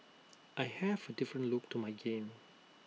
I have A different look to my game